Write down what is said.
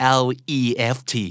left